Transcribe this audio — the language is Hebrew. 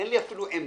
אין לי אפילו עמדה.